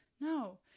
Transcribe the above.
No